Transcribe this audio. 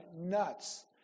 nuts